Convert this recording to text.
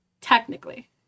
Technically